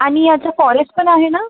आणि याचं फॉरेस्ट पण आहे ना